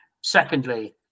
Secondly